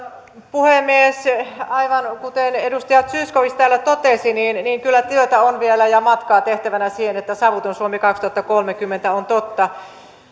puhemies aivan kuten edustaja zyskowicz täällä totesi kyllä työtä on vielä ja matkaa tehtävänä siihen että savuton suomi kaksituhattakolmekymmentä on totta